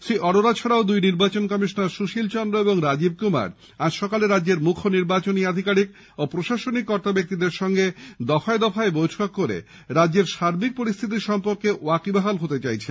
শ্রী অরোরা ছাড়াও দুই নির্বাচন কমিশনার সুশীল চন্দ্র এবং রাজীব কুমার আজ রাজ্যের মুখ্য নির্বাচনী আধিকারিক ও প্রশাসনিক কর্তাব্যক্তিদের সঙ্গে দফায় দফায় বৈঠক করে রাজ্যের সার্বিক পরিস্হিতি সম্পর্কে ওয়াকিবহাল হতে চাইছেন